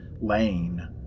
lane